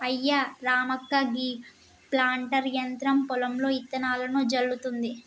అయ్యా రామక్క గీ ప్లాంటర్ యంత్రం పొలంలో ఇత్తనాలను జల్లుతుంది